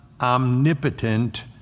omnipotent